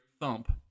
thump